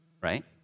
right